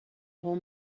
whole